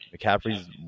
McCaffrey's